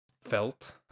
felt